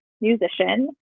musician